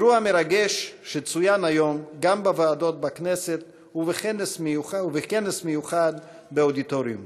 אירוע מרגש שצוין היום גם בוועדות הכנסת ובכנס מיוחד באודיטוריום.